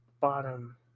bottom